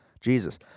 Jesus